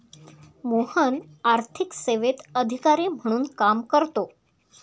मोहन आर्थिक सेवेत अधिकारी म्हणून काम करतो